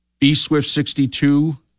bswift62